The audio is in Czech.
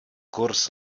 kurz